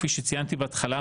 כפי שציינתי בהתחלה,